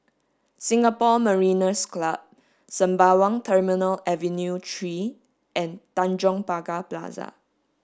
Singapore Mariners' Club Sembawang Terminal Avenue three and Tanjong Pagar Plaza